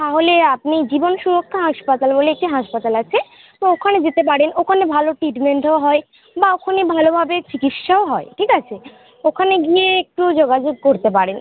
তাহলে আপনি জীবন সুরক্ষা হাসপাতাল বলে একটি হাসপাতাল আছে তো ওখানে যেতে পারেন ওখানে ভালো ট্রিটমেন্টও হয় বা ওখানে ভালোভাবে চিকিৎসাও হয় ঠিক আছে ওখানে গিয়ে একটু যোগাযোগ করতে পারেন